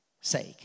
sake